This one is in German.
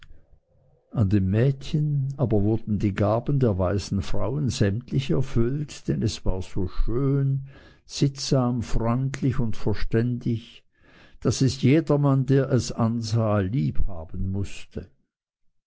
an dem mädchen aber wurden die gaben der weisen frauen sämtlich erfüllt denn es war so schön sittsam freundlich und verständig daß es jedermann der es ansah lieb haben mußte